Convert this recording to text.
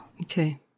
Okay